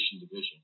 Division